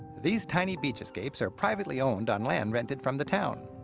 these tiny beach escapes are privately owned on land rented from the town.